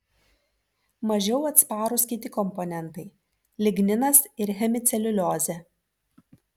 mažiau atsparūs kiti komponentai ligninas ir hemiceliuliozė